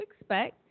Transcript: expect